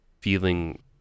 feeling